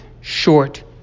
short